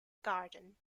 garden